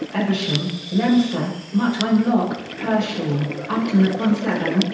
evesham, leominster, much wenlock, pershore, upton-upon-severn,